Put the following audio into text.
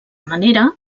manera